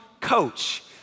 coach